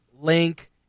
Link